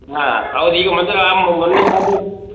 ಹಾಂ ಹೌದ್ ಈಗ ಮದ್ದು ಆ ಮೊನ್ನೆದು ಮದ್ದು